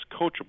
coachable